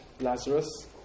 Lazarus